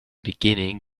beginning